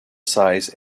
size